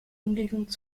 umliegenden